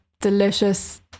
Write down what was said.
delicious